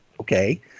okay